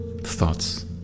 thoughts